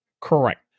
Correct